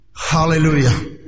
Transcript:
Hallelujah